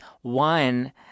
one